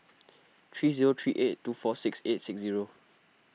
three zero three eight two four six eight six zero